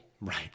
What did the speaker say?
Right